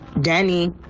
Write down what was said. Danny